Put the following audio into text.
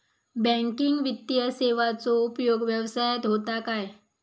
Banking वित्तीय सेवाचो उपयोग व्यवसायात होता काय?